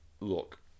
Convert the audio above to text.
Look